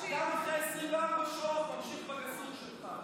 אחרי 24 שעות אתה ממשיך בגסות שלך.